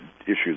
issues